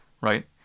right